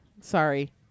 Sorry